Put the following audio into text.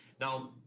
Now